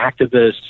activists